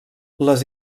les